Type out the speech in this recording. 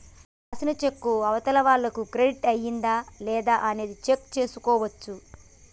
మనం రాసిన చెక్కు అవతలి వాళ్లకు క్రెడిట్ అయ్యిందా లేదా అనేది చెక్ చేసుకోవచ్చు